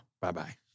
Bye-bye